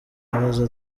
abaza